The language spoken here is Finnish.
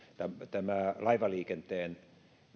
tämä laivaliikenteen